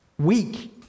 weak